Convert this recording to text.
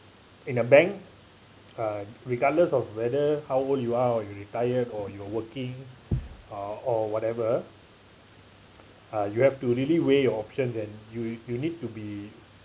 in a bank uh regardless of whether how old you are or you're retired or you're working uh or whatever uh you have to really weigh your options and you you need to be